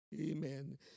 amen